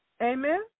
Amen